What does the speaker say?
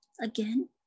again